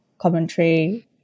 commentary